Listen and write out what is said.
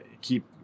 Keep